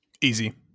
Easy